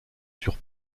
sur